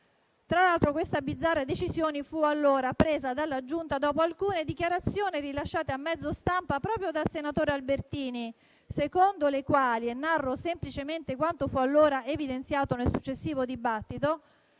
Tra l'altro, questa bizzarra decisione fu allora presa dalla Giunta dopo alcune dichiarazioni rilasciate a mezzo stampa proprio dal senatore Albertini, secondo le quali - narro semplicemente quanto fu allora evidenziato nel successivo dibattito